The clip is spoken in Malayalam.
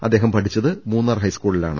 അദ്ദേഹം പഠിച്ചത് മൂന്നാർ ഹൈസ്കൂ ളിലാണ്